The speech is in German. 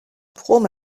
brom